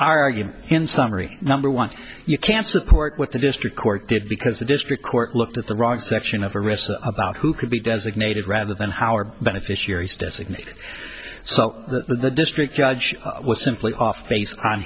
sit are you in summary number want you can support what the district court did because the district court looked at the wrong section of a risk about who could be designated rather than how are beneficiaries designated so the district judge was simply off base on